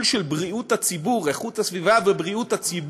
של בריאות הציבור ואיכות הסביבה הוא אחד